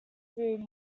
through